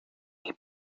eben